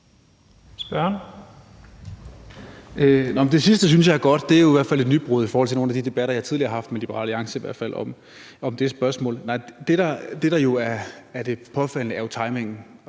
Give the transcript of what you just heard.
Det sidste synes jeg er godt. Det er jo i hvert fald et nybrud i forhold til nogle af de debatter, jeg tidligere har haft med Liberal Alliance, om det spørgsmål. Nej, det, der er det påfaldende, er jo timingen,